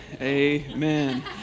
Amen